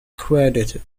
credited